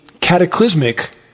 cataclysmic